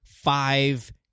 Five